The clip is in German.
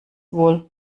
wohl